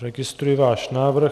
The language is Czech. Registruji váš návrh.